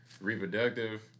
reproductive